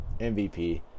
MVP